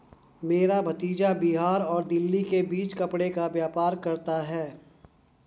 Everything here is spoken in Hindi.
मेरा भतीजा बिहार और दिल्ली के बीच कपड़े का व्यापार करता है